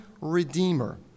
redeemer